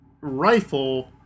rifle